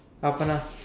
open up